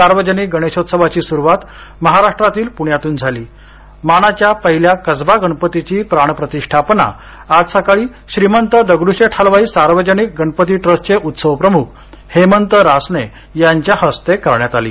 सार्वजनिक गणेशोत्सवाची सुरूवात महाराष्ट्रातील पुण्यातून झाली मानाच्या पहिला कसबा गणपतीची प्राणप्रतिष्ठापना आज सकाळी श्रीमंत दगडूशेठ हलवाई सार्वजनिक गणपती ट्रस्टचे उत्सवप्रमुख हेमंत रासने यांच्या हस्ते करण्यात आली